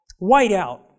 Whiteout